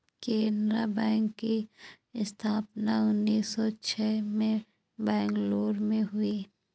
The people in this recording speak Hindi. केनरा बैंक की स्थापना उन्नीस सौ छह में मैंगलोर में हुई